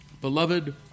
Beloved